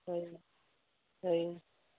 ହ ହଏ